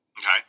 Okay